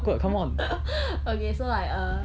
okay so I err